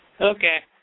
Okay